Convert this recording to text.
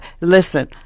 Listen